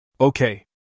Okay